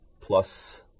plus